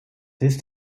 ist